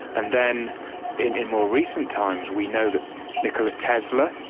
and then in in more recent times we know that nikola tesla,